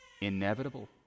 Inevitable